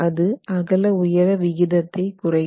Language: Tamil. அது அகல உயர விகிதத்தை குறிக்கும்